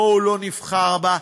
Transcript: בואו לא נבחר בה,